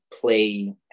play